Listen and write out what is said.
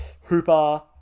Hooper